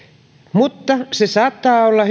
mutta se saattaa olla